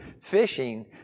fishing